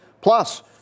Plus